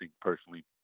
personally